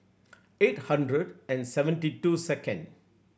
eight hundred and seventy two second